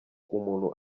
umuntu